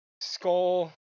skull